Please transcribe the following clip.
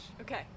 Okay